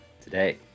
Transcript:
Today